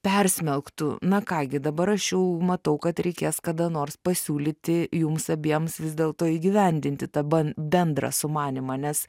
persmelktų na ką gi dabar aš jau matau kad reikės kada nors pasiūlyti jums abiems vis dėlto įgyvendinti tą ban bendrą sumanymą nes